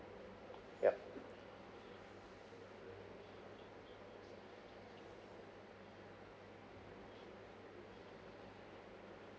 yup